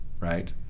right